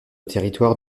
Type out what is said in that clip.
territoire